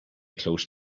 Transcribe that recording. close